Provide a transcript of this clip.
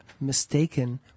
mistaken